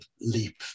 leap